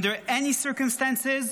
Under any circumstances,